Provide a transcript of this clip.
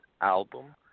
album